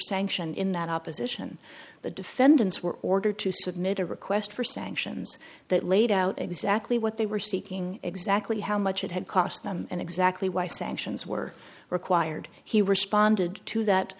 sanction in that opposition the defendants were ordered to submit a request for sanctions that laid out exactly what they were seeking exactly how much it had cost them and exactly why sanctions were required he responded to that